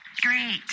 great